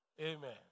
Amen